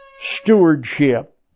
stewardship